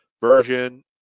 version